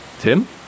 Tim